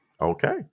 Okay